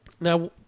Now